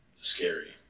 scary